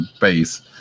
base